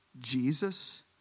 Jesus